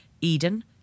Eden